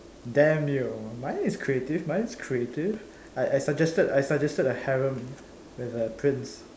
damn you mine is creative mine is creative I I suggested I suggested a harem with a prince